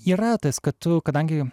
yra tas kad tu kadangi